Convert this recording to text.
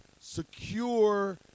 secure